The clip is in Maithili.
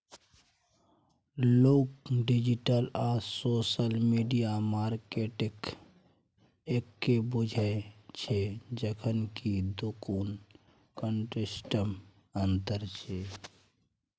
लोक डिजिटल आ सोशल मीडिया मार्केटिंगकेँ एक्के बुझय छै जखन कि दुनुक कंसेप्टमे अंतर छै